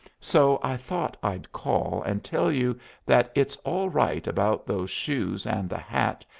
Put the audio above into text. so i thought i'd call and tell you that it's all right about those shoes, and the hat,